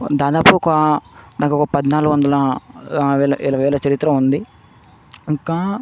దాదాపు ఒక నాకొక పద్నాలుగు వందల వేల ఇరవై వేల చరిత్ర ఉంది ఇంకా